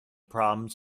problems